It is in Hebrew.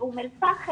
באום אל פאחם,